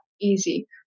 easy